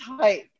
type